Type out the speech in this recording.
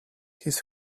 his